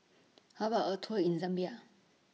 How about A Tour in Zambia